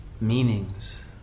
meanings